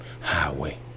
highway